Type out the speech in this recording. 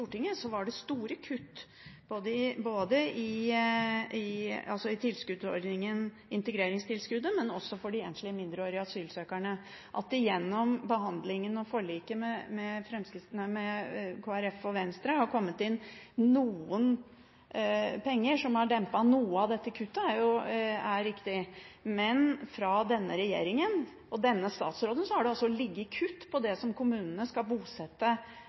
var det store kutt både i integreringstilskuddet, og også for de enslige mindreårige asylsøkerne. At det gjennom behandlingen og forliket med Kristelig Folkeparti og Venstre har kommet inn penger som har dempet noe av dette kuttet, er riktig, men fra denne regjeringen og denne statsråden foreligger det altså kutt på det som kommunene skal bruke til å bosette